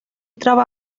trova